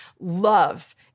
love